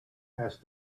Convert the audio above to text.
asked